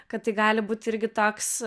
kad tai gali būti irgi toks